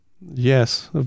Yes